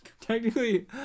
Technically